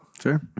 Sure